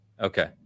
Okay